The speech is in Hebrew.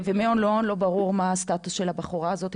ומהון להון לא ברור מה הסטטוס של הבחורה הזאת,